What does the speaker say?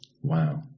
Wow